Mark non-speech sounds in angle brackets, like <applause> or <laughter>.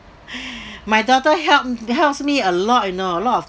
<breath> my daughter help helps me a lot you know a lot of